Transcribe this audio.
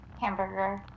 hamburger